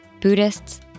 Buddhists